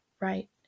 Right